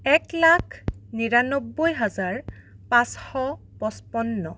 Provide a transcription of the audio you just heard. এখ লাখ নিৰান্নব্বৈ হাজাৰ পাঁচশ পঁচপন্ন